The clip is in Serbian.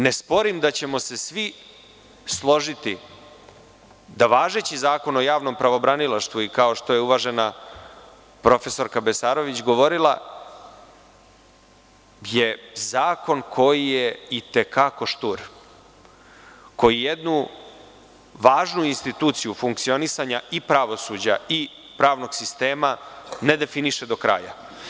Ne sporim da ćemo se svi složiti da je važeći Zakon o javnom pravobranilaštvu, kao što je uvažena profesorka Besarović govorila, zakon koji je i te kako štur, koji jednu važnu instituciju funkcionisanja i pravosuđa i pravnog sistema ne definiše do kraja.